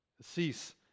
cease